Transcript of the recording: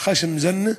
ח'שם זנה,